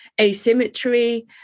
asymmetry